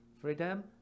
freedom